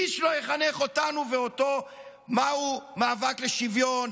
איש לא יחנך אותנו ואותו מה הוא מאבק לשוויון,